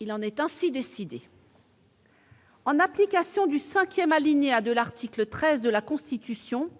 Il en est ainsi décidé. En application du cinquième alinéa de l'article 13 de la Constitution,